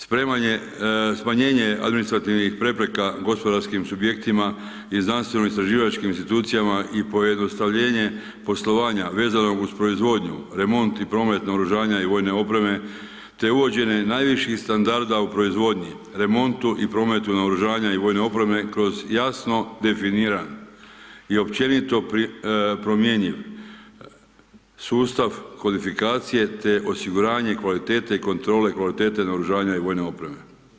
Smanjenje administrativnih prepreka gospodarskim subjektima i znanstveno istraživačkim institucijama i pojednostavljenje poslovanja, vezanog za proizvodnju, remont i promet naoružanja i vojne opreme te uvođenje najviših standarda u proizvodnji, remontu i prometu naoružanja i vojne opreme kroz jasno definiran i općenito promjenjiv sustav kodifikacije te osiguranje kvalitete i kontrole kvalitete naoružanja i vojne opreme.